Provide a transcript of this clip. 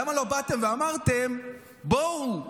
למה לא באתם ואמרתם: בואו,